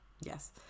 yes